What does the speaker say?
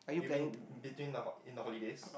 you mean between the hol~ in the holidays